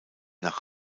nach